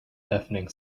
deafening